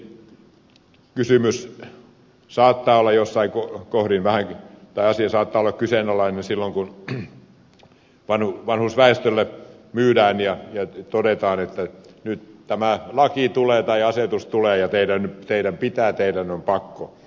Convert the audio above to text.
tietenkin asia saattaa olla jossain kohdin väki pääsi saatolla kyseenalainen silloin kun vanhusväestölle myydään ja todetaan että nyt tämä laki tulee tai asetus tulee ja teidän pitää tehdä teidän on pakko